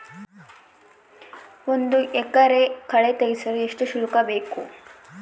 ಒಂದು ಎಕರೆ ಕಳೆ ತೆಗೆಸಲು ಎಷ್ಟು ಶುಲ್ಕ ಬೇಕು?